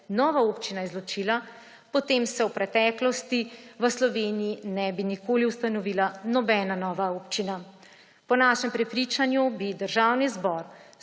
nova občina izločila, potem se v preteklosti v Sloveniji ne bi nikoli ustanovila nobena nova občina. Po našem prepričanju bi Državni zbor